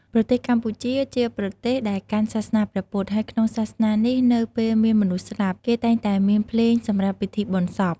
ប្រទេសកម្ពុជា ជាប្រទេសដែលកាន់សាសនាព្រះពុទ្ធ ហើយក្នុងសាសនានេះនៅពេលមានមនុស្សស្លាប់ គេតែងតែមានភ្លេងសម្រាប់ពិធីបុណ្យសព។